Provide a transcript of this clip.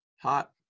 Hot